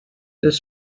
this